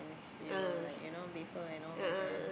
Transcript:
he will like you know before and all by then